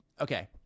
okay